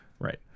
Right